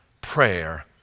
prayer